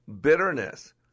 bitterness